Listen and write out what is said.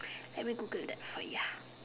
let me Google that for ya